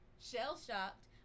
shell-shocked